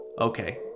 okay